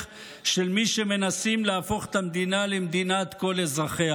של מי שמנסים להפוך את המדינה למדינת כל אזרחיה,